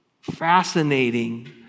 fascinating